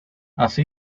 así